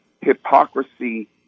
hypocrisy